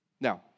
Now